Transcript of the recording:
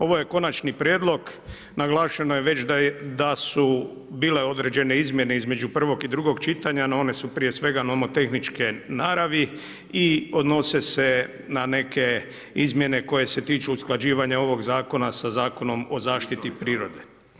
Ovo je konačni prijedlog, naglašeno je već da su bile određene izmjene između prvog i drugog čitanja no one su prije svega novotehničke naravi i odnose se na neke izmjene koje se tiču usklađivanja ovoga zakona sa Zakonom o zaštiti prirode.